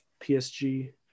PSG